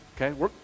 okay